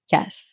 Yes